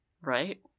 right